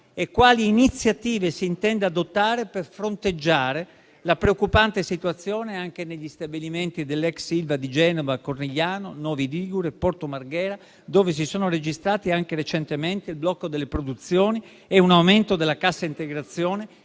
e quali iniziative si intendano adottare per fronteggiare la preoccupante situazione anche negli stabilimenti dell'ex ILVA di Genova, Cornigliano, Novi Ligure e Porto Marghera, dove si sono registrati anche recentemente il blocco delle produzioni e un aumento della cassa integrazione,